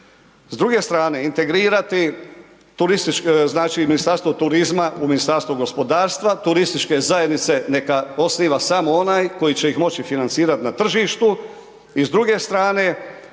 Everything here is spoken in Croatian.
s druge strane integrirati, znači, Ministarstvo turizma u Ministarstvo gospodarstva, turističke zajednice neka osniva samo onaj tko će ih moći financirat na tržištu i s druge strane